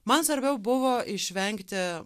man svarbiau buvo išvengti